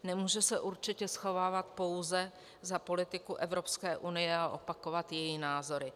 Nemůže se určitě schovávat pouze za politiku Evropské unie a opakovat její názory.